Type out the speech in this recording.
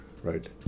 Right